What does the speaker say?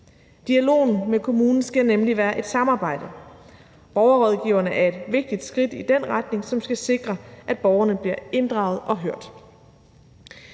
Dialogen med kommunen skal nemlig være et samarbejde. Borgerrådgiverne er et vigtigt skridt i den retning, som skal sikre, at borgerne bliver inddraget og hørt.